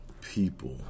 people